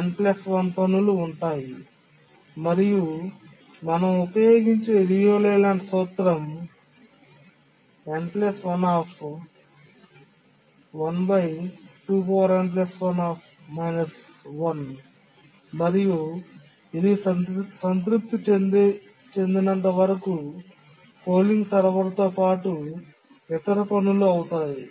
n 1 పనులు ఉన్నాయి మరియు మేము ఉపయోగించే లియు లేలాండ్ సూత్రం మరియు ఇది సంతృప్తి చెందినంత వరకు పోలింగ్ సర్వర్తో పాటు ఇతర పనులు అవుతాయి